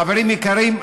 חברים יקרים,